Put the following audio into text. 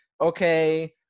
Okay